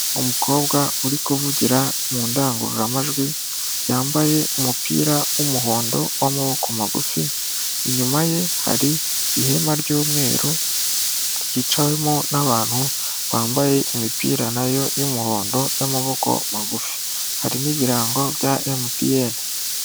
Umukobwa uri kuvugira mu ndangururamajwi, yambaye umupira w'umuhondo w'amaboko magufi, inyuma ye hari ihema ry'umweru ryicawemo n'abantu bambaye imipira na yo y'umuhondo y'amaboko magufi. Hari n'ibirango bya Emutiyeni.